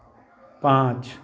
पाँच